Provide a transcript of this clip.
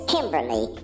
Kimberly